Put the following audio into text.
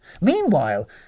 Meanwhile